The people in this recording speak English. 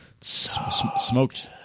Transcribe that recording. Smoked